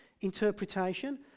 Interpretation